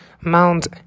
Mount